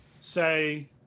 say